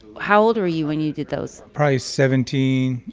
how old were you when you did those? probably seventeen,